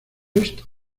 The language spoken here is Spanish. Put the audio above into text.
esto